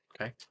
Okay